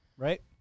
Right